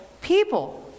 people